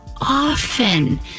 often